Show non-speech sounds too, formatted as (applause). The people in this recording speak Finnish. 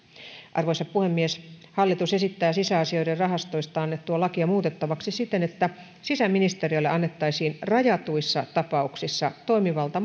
arvoisa puhemies hallitus esittää sisäasioiden rahastoista annettua lakia muutettavaksi siten että sisäministeriölle annettaisiin rajatuissa tapauksissa toimivalta (unintelligible)